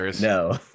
No